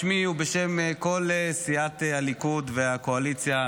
בשמי ובשם כל סיעת הליכוד והקואליציה,